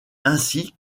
ainsi